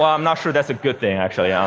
ah i'm not sure that's a good thing, actually ah